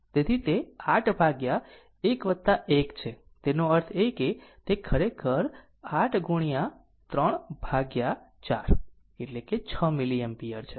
તેથી તે 8 ભાગ્યા 1 1 છે તેનો અર્થ એ કે તે ખરેખર 8 ગુણ્યા 3 ભાગ્યા 4 એટલે કે 6 મિલીઅમ્પિયર છે